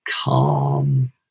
calm